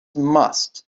must